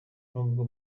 n’ubwa